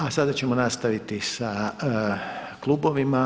A sada ćemo nastaviti sa klubovima.